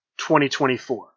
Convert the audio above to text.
2024